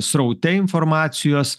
sraute informacijos